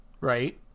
right